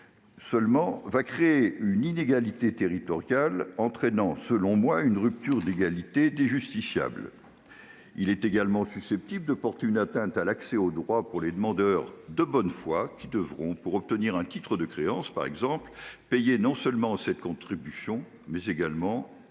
seulement, va créer une inégalité territoriale et ainsi entraîner, selon moi, une rupture d'égalité entre les justiciables. Il est également susceptible de porter atteinte à l'accès au droit pour les demandeurs de bonne foi qui devront, pour obtenir un titre de créance, payer non seulement cette contribution, mais aussi